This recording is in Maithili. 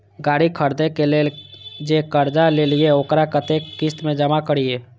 गाड़ी खरदे के लेल जे कर्जा लेलिए वकरा कतेक किस्त में जमा करिए?